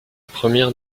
première